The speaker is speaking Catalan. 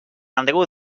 andreu